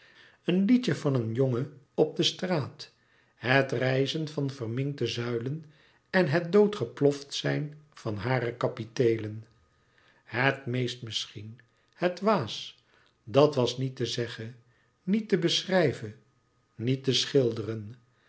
het liedje van een jongen op de straat het rijzen van verminkte zuilen en het dood geploft zijn van hare kapiteelen het meest misschien het waas dat wat niet is te zeggen niet te beschrijven niet te schilderen